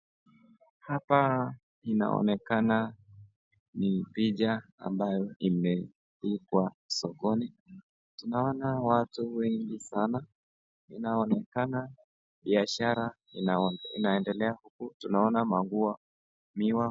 Hapa inaonekana ni picha ambayo imeandikwa sokoni. Tunaona watu wengi sana, inaonekana biashara inaendelea huku tunaona manguo, miwa.